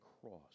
cross